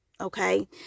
Okay